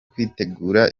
kwitegura